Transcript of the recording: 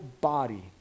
body